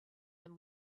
him